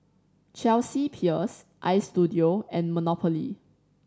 Chelsea Peers Istudio and Monopoly